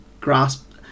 grasp